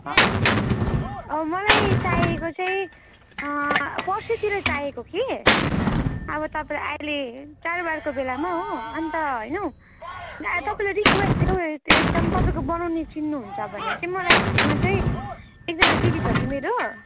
अँ अँ मलाई चाहिएको चाहिँ पर्सितिर चाहिएको कि अब तपाईँ अहिले चाडबाड बेलामा हो अन्त होइन हौ तपाईँलाई रिक्वेस्ट थियो हौ मेरो एकदम तपाईँको बनाउने चिन्नुहुन्छ भने चाहिँ मलाई खासमा चाहिँ एकजना दिदी छ कि मेरो